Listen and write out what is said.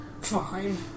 Fine